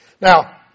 Now